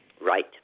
Right